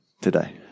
today